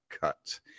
cut